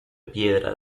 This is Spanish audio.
piedra